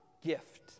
gift